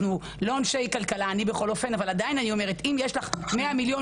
אנחנו לא אנשי כלכלה אבל עדיין - אם יש לך 100 מיליון